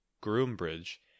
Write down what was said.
Groombridge